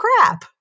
crap